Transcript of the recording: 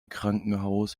krankenhaus